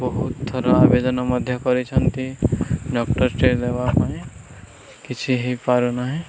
ବହୁତ ଥର ଆବେଦନ ମଧ୍ୟ କରିଛନ୍ତି ଡକ୍ଟରଟେ ଦେବା ପାଇଁ କିଛି ହେଇପାରୁ ନାହିଁ